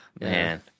man